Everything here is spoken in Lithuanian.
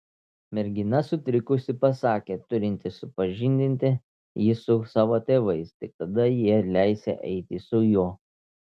mergina sutrikusi pasakė turinti supažindinti jį su savo tėvais tik tada jie leisią eiti su juo